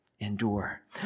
endure